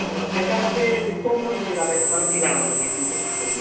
नाही त्याच्यामध्ये डिस्काउंट पण मिळणार आहेत तुम्हाला किराणामध्ये हिशेब करून